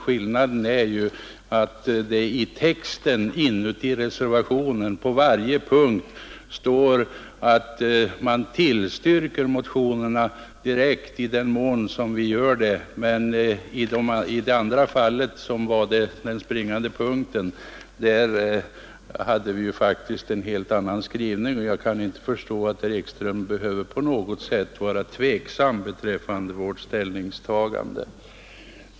Skillnaden är att det i reservationens text står att vi tillstyrker motionerna direkt i den mån vi gör det. I det andra fallet, som var den springande punkten, hade vi faktiskt en helt annan skrivning. Jag kan inte förstå att herr Ekström på något sätt behöver vara tveksam beträffande vårt ställningstagande.